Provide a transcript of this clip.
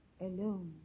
alone